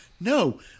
no